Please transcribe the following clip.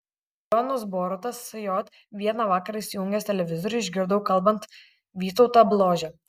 jonas boruta sj vieną vakarą įsijungęs televizorių išgirdau kalbant vytautą bložę